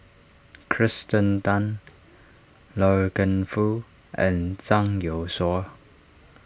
Kirsten Tan Loy Keng Foo and Zhang Youshuo